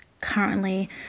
currently